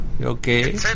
okay